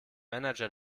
manager